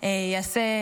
יעשה,